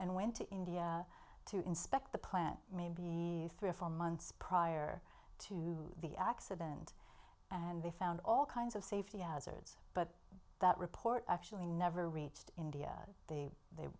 and went to india to inspect the plant maybe three or four months prior to the accident and they found all kinds of safety hazards but that report actually never reached india they they